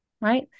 right